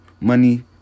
money